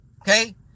okay